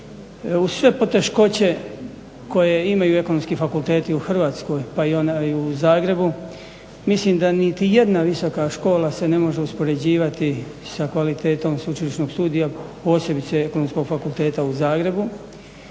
sve poteškoće koje imaju ekonomski fakulteti u Hrvatskoj pa i onaj u Zagrebu mislim da niti jedna visoka škola se ne može uspoređivati sa kvalitetom sveučilišnog studija posebice Ekonomskog fakulteta u Zagrebu